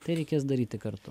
tai reikės daryti kartu